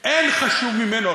אין חשוב ממנו.